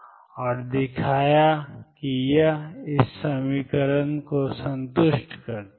और दिखाया कि यह ∂ρ∂tj0 को संतुष्ट करता है